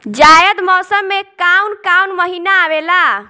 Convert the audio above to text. जायद मौसम में काउन काउन महीना आवेला?